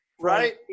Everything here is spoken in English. Right